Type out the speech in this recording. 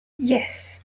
yes